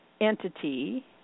entity